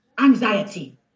anxiety